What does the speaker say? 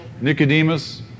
Nicodemus